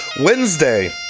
wednesday